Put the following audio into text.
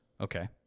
Okay